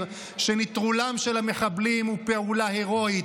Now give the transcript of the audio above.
שנטרולם של המחבלים הוא פעולה הרואית.